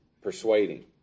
Persuading